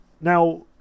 Now